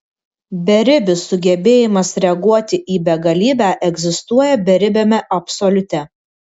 beribis sugebėjimas reaguoti į begalybę egzistuoja beribiame absoliute